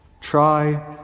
try